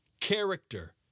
character